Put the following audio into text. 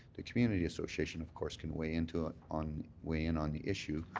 the community association of course can weigh into it on weigh in on the issue,